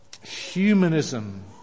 humanism